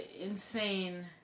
insane